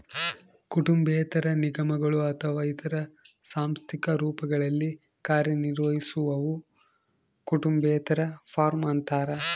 ಕುಟುಂಬೇತರ ನಿಗಮಗಳು ಅಥವಾ ಇತರ ಸಾಂಸ್ಥಿಕ ರೂಪಗಳಲ್ಲಿ ಕಾರ್ಯನಿರ್ವಹಿಸುವವು ಕುಟುಂಬೇತರ ಫಾರ್ಮ ಅಂತಾರ